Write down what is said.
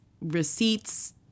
receipts